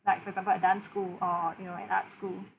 like for example dance school or you know an arts school